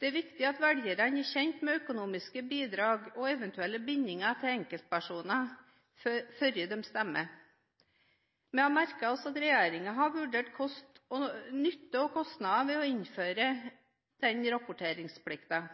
Det er viktig at velgerne er kjent med økonomiske bidrag og eventuelle bindinger til enkeltpersoner før de stemmer. Vi har merket oss at regjeringen har vurdert nytte og kostnader ved å innføre